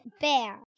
Bear